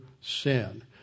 sin